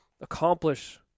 accomplish